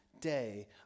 day